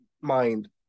mind